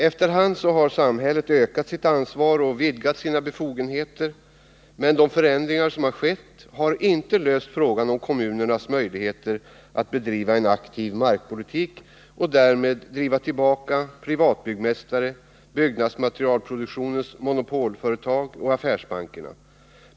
Efter hand har samhället ökat sitt ansvar och vidgat sina befogenheter, men de förändringar som skett har inte löst frågan om kommunernas möjligheter att föra en aktiv markpolitik och därmed driva tillbaka privatbyggmästare, byggnadsmaterialproduktionens monopolföretag och affärsbankerna.